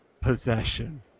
possession